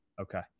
okay